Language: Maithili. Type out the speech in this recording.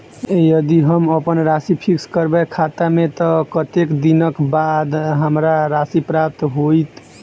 यदि हम अप्पन राशि फिक्स करबै खाता मे तऽ कत्तेक दिनक बाद हमरा राशि प्राप्त होइत?